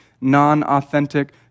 non-authentic